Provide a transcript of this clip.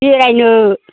बेरायनो